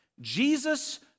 Jesus